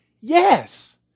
yes